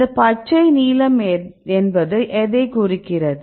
இந்த பச்சை நீலம் என்பது எதைக் குறிக்கிறது